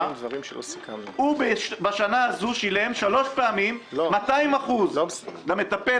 הוא בשנה הזו שילם שלוש פעמים 200% למטפל